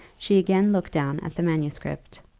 she again looked down at the manuscript.